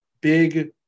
big